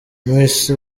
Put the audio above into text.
miss